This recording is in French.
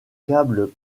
câbles